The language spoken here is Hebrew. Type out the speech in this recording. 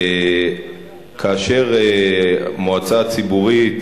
כאשר המועצה הציבורית,